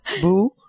boo